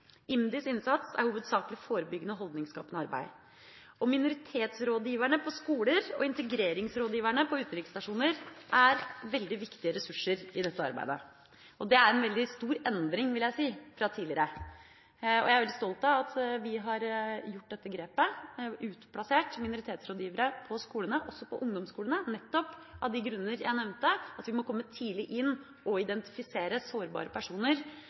IMDis innsats er hovedsakelig forebyggende og holdningsskapende arbeid. Minoritetsrådgiverne på skoler og integreringsrådgiverne på utenriksstasjoner er veldig viktige ressurser i dette arbeidet. Det er en veldig stor endring, vil jeg si, fra tidligere. Jeg er veldig stolt av at vi har gjort dette grepet, at vi har utplassert minoritetsrådgivere på skolene, også på ungdomsskolene, nettopp av de grunner jeg nevnte; vi må komme tidlig inn og identifisere sårbare personer